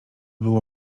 było